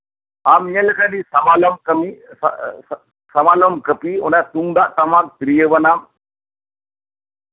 ᱟᱢ ᱧᱮᱞᱮᱫᱟᱢ ᱟᱹᱰᱤ ᱥᱟᱢᱟᱱᱱᱚ ᱠᱟᱢᱤ ᱥᱟᱢᱟᱱᱚᱢ ᱠᱟᱹᱯᱤ ᱚᱱᱮ ᱛᱩᱢᱫᱟᱜᱽ ᱴᱟᱢᱟᱠ ᱛᱤᱨᱭᱳ ᱵᱟᱱᱟᱢ